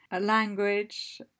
language